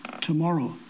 tomorrow